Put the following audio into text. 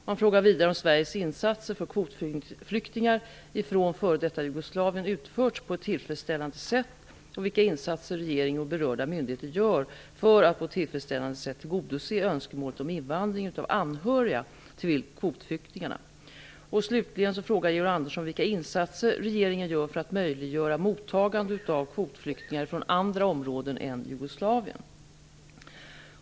Han frågar vidare om Sveriges insatser för kvotflyktingar från f.d. Jugoslavien utförts på ett tillfredsställande sätt, vilka insatser regeringen och berörda myndigheter gör för att på ett tillfredsställande sätt tillgodose önskemål om invandring av anhöriga till kvotflyktingarna. Slutligen frågar Georg Andersson vilka insatser regeringen gör för att möjliggöra mottagande av kvotflyktingar från andra områden än f.d.